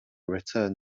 return